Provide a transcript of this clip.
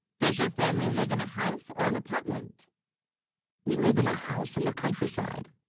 does your family live in a house or an apartment we live in a house in the countryside